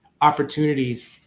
opportunities